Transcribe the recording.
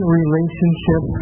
relationship